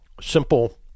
simple